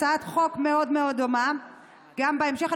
הצעת חוק מאוד מאוד דומה גם בהמשך.